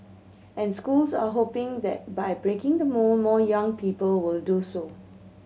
and schools are hoping that by breaking the mould more young people will do so